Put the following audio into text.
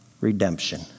redemption